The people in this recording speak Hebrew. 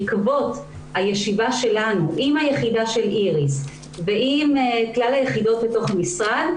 בעקבות הישיבה שלנו עם היחידה של איריס ועם כלל היחידות בתוך המשרד,